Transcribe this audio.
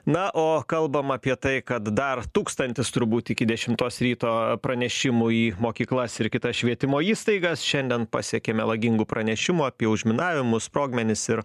na o kalbam apie tai kad dar tūkstantis turbūt iki dešimtos ryto pranešimų į mokyklas ir kitas švietimo įstaigas šiandien pasiekė melagingų pranešimų apie užminavimus sprogmenis ir